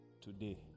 today